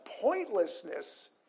pointlessness